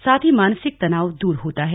साथ ही मानसिक तनाव दूर होता है